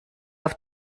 auf